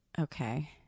okay